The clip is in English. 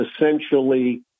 essentially